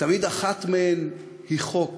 תמיד אחת מהן היא חוק